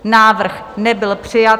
Návrh nebyl přijat.